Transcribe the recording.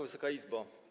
Wysoka Izbo!